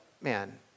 man